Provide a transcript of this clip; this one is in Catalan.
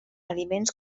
aliments